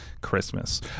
Christmas